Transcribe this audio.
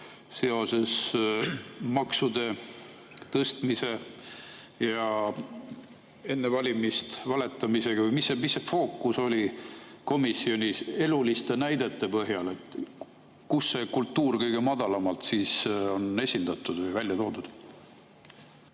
seoses maksude tõstmisega, enne valimist valetamisega või mis see fookus oli komisjonis eluliste näidete põhjal? Kus see kultuur kõige madalamana on esindatud või välja toodud?